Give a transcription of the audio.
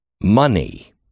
money